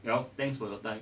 well thanks for your time